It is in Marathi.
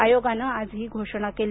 आयोगानं आज ही घोषणा केली